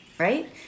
Right